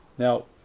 now,